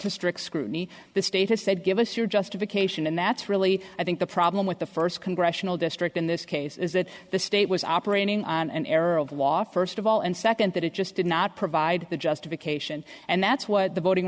to strict scrutiny the state has said give us your justification and that's really i think the problem with the first congressional district in this case is that the state was operating on an air of water first of all and second that it just did not provide the justification and that's what the voting